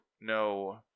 no